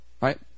Right